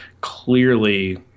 clearly